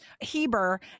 Heber